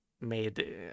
made